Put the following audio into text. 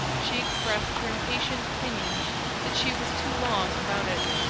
she expressed her impatient opinion that she was too long about it.